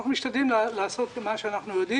אנחנו משתדלים לעשות את מה שאנחנו יודעים.